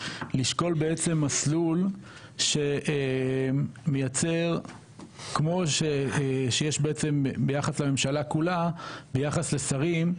לשקול בעצם מסלול שמייצר כמו שיש בעצם ביחס לממשלה כולה ביחס לשרים,